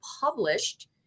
published